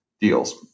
deals